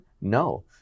No